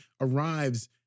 arrives